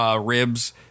Ribs